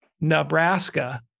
Nebraska